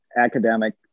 academic